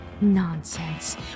Nonsense